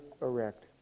erect